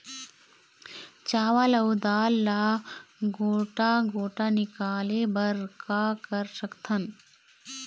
चावल अऊ दाल ला गोटा गोटा निकाले बर का कर सकथन?